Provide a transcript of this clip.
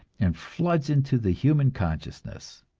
and floods into the human consciousness.